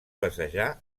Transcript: passejar